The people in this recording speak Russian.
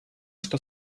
что